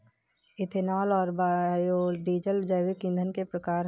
ethanol और biodiesel जैविक ईंधन के प्रकार है